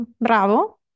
Bravo